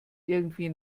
irgendwie